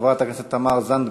חברת הכנסת תמר זנדברג,